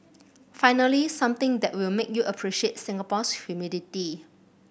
finally something that will make you appreciate Singapore's humidity